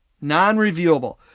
Non-reviewable